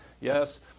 Yes